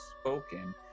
spoken